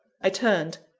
i turned,